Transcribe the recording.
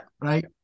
Right